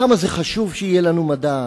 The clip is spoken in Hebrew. כמה חשוב שיהיה לנו מדע,